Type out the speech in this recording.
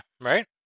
right